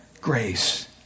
Grace